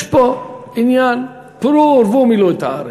יש פה עניין, "פרו ורבו ומלאו את הארץ".